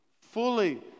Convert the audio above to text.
fully